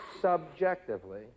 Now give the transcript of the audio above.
subjectively